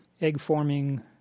egg-forming